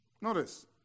Notice